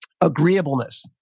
agreeableness